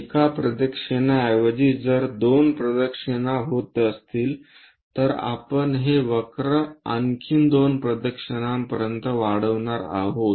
एका प्रदक्षिणाऐवजी जर दोन प्रदक्षिणा होत असतील तर आपण हे वक्र आणखी दोन प्रदक्षिणापर्यंत वाढवणार आहोत